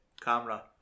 camera